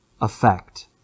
effect